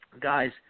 guys